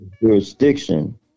jurisdiction